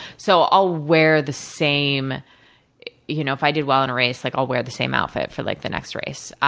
so, i'll wear the same you know if i did well in a race, like i'll wear the same outfit for like the next race. mm-hmm.